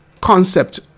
concept